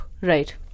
right